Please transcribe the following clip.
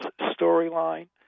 storyline